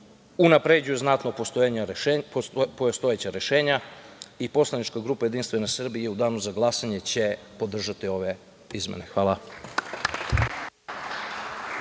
unapređuju znatno postojeća rešenja i poslanička grupa Jedinstvena Srbija u danu za glasanje će podržati ove izmene. Hvala.